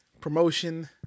promotion